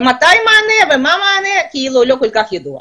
מתי יהיה מענה, לא כל כך ידוע.